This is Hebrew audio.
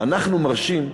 אנחנו מרשים,